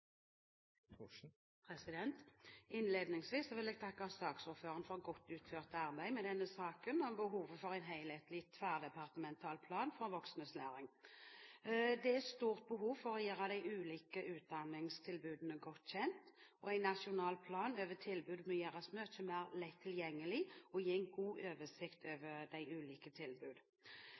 gang. Innledningsvis vil jeg takke saksordføreren for godt utført arbeid med denne saken om behovet for en helhetlig tverrdepartemental plan for voksnes læring. Det er stort behov for å gjøre de ulike utdanningstilbudene godt kjent, og en nasjonal plan må gjøres mye mer lett tilgjengelig og gi en god oversikt over de ulike